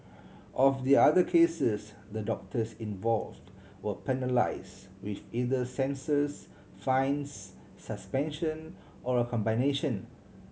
of the other cases the doctors involved were penalise with either censures fines suspension or a combination